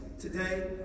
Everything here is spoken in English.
today